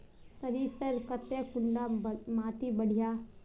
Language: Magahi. सरीसर केते कुंडा माटी बढ़िया?